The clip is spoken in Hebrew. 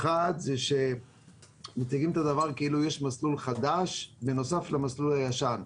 האחד זה שמציגים את הדבר כאילו שיש מסלול חדש בנוסף למסלול הישן.